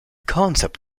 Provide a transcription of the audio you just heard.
concept